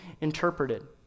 interpreted